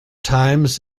times